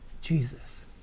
Jesus